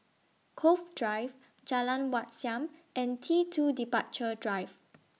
Cove Drive Jalan Wat Siam and T two Departure Drive